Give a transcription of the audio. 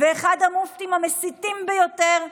ואחד המופתים המסיתים ביותר,